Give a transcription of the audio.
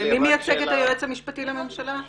מי מייצג את היועץ המשפטי לממשלה?